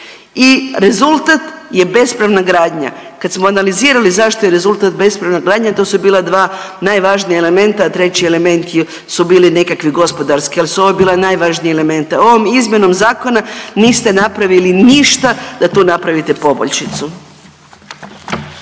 i rezultat je bespravna gradnja. Kada smo analizirali zašto je rezultat bespravna gradnja to su bila dva najvažnija elementa, a treći element su bili nekakvi gospodarski, ali su ovo bili najvažniji elementi. Ovom izmjenom zakona niste napravili ništa da tu napravite poboljšicu.